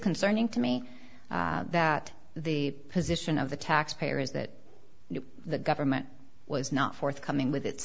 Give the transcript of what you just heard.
concerning to me that the position of the taxpayer is that the government was not forthcoming with its